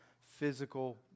physical